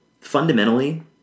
fundamentally